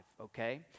okay